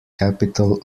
capital